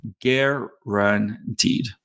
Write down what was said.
guaranteed